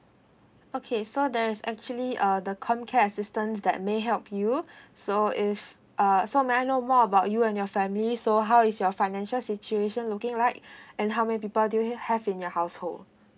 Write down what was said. okay so there's actually uh the comcare assistance that may help you so if uh so may I know more about you and your family so how is your financial situation looking like and how many people do you have in your household